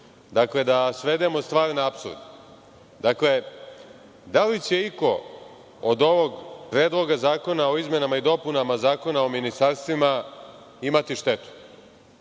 Dakle, da svedemo stvar na apsurd. Dakle, da li će iko od ovog Predloga zakona o izmenama i dopunama Zakona o ministarstvima imati štetu?